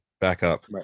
backup